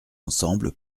ensemble